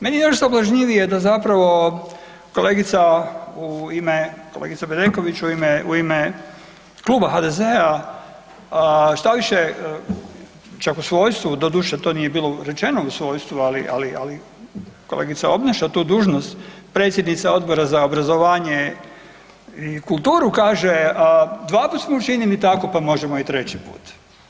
Meni je još sablažnjivije da zapravo kolegica u ime, kolegica Bedeković u ime Kluba HDZ-a, štoviše, čak u svojstvu, doduše, to nije bilo rečeno u svojstvu, ali kolegica obnaša tu dužnost, predsjednica Odbora za obrazovanje i kulturu kaže, dvaput smo učinili tako, pa možemo i treći put.